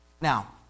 Now